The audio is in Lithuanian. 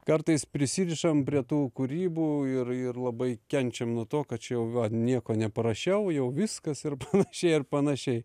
kartais prisirišam prie tų kūrybų ir ir labai kenčiam nuo to kad čia jau va nieko neparašiau jau viskas ir panašiai ir panašiai